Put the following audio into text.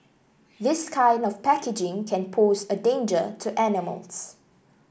this kind of packaging can pose a danger to animals